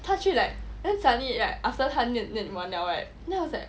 他去 like then suddenly right after 他念完了 right then I was like